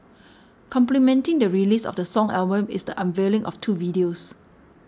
complementing the release of the song album is the unveiling of two videos